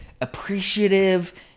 appreciative